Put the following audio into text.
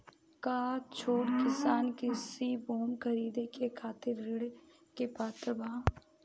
का छोट किसान कृषि भूमि खरीदे के खातिर ऋण के पात्र बा?